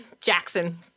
Jackson